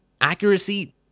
accuracy